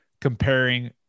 comparing